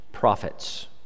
prophets